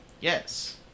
Yes